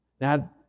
now